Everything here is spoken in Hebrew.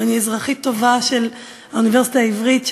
ואני אזרחית טובה של האוניברסיטה העברית,